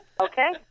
okay